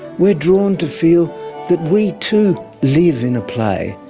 we are drawn to feel that we too live in a play,